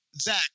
Zach